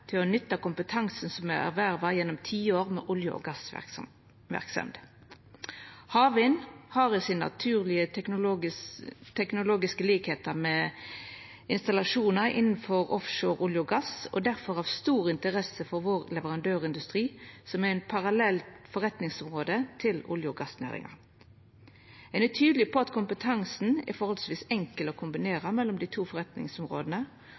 til å nytta kompetansen som er erverva gjennom tiår med olje- og gassverksemd. Havvind har i sin natur teknologiske likskapar med installasjonar innanfor offshore, olje og gass, og er difor av stor interesse for vår leverandørindustri, som er eit parallelt forretningsområde til olje- og gassnæringa. Ein er tydeleg på at kompetansen er forholdsvis enkel å kombinera mellom dei to forretningsområda.